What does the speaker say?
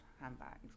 handbags